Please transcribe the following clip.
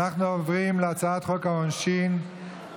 אנחנו עוברים להצעת חוק העונשין (תיקון,